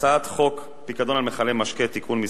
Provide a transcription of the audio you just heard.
הצעת חוק הפיקדון על מכלי משקה (תיקון מס'